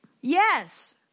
Yes